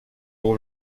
will